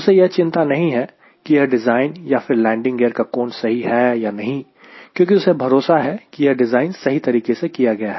उसे यह चिंता नहीं है की यह डिज़ाइन या फिर लैंडिंग गियर का कोण सही है या नहीं क्योंकि उसे भरोसा है की यह डिज़ाइन सही तरीके से किया गया है